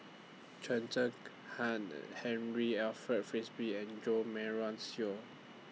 Chen Zekhan Henri Alfred Frisby and Jo Marion Seow